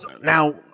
now